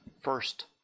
first